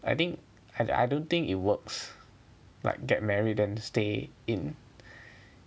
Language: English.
I think I I don't think it works like get married then stay in